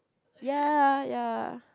ya ya